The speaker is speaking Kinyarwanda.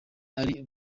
ari